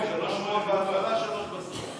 יובל, שלוש שורות בהתחלה, שלוש בסוף.